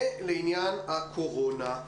ולעניין הקורונה,